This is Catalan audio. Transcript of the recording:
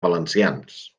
valencians